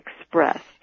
expressed